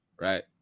right